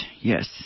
yes